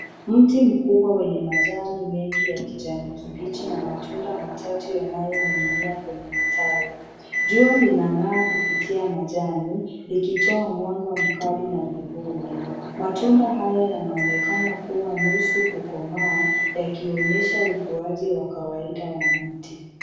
Mti mkubwa wenye majani mengi ya kijani kibichi na matunda matatu yanayoning'inia kwenye matawi .Jua linang'aa kupitia majani likitoa mwanga mkali na vipuli. Matunda haya yanaonekana kuwa nusu kukomaa yakionyesha ukuaji wa kawaida wa mti.